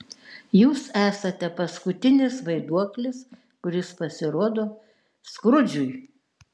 jūs esate paskutinis vaiduoklis kuris pasirodo skrudžui